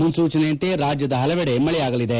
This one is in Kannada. ಮುನ್ಲೂಚನೆಯಂತೆ ರಾಜ್ಯದ ಪಲವೆಡೆ ಮಳೆಯಾಗಲಿದೆ